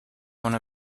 one